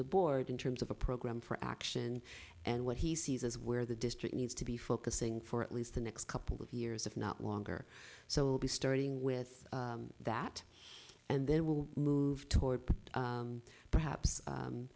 the board in terms of a program for action and what he sees as where the district needs to be focusing for at least the next couple of years if not longer so we'll be starting with that and then we'll move toward perhaps